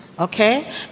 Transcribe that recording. Okay